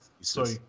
Sorry